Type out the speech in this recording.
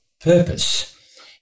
purpose